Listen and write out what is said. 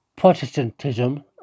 Protestantism